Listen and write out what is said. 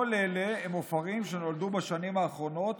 כל אלה הם עופרים שנולדו בשנים האחרונות